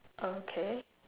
okay